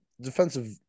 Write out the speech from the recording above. defensive